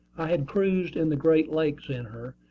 i had cruised in the great lakes in her,